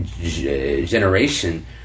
generation